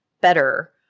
better